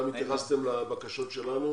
גם התייחסתם לבקשות שלנו